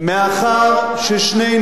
באריאל